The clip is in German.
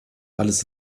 alles